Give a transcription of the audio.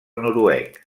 noruec